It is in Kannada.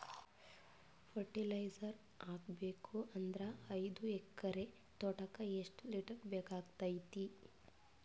ಫರಟಿಲೈಜರ ಹಾಕಬೇಕು ಅಂದ್ರ ಐದು ಎಕರೆ ತೋಟಕ ಎಷ್ಟ ಲೀಟರ್ ಬೇಕಾಗತೈತಿ?